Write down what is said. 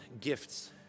gifts